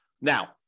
Now